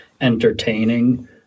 entertaining